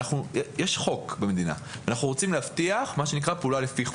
יש חוק במדינה, אנחנו רוצים להבטיח פעולה לפי חוק.